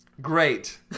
Great